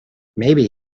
maybe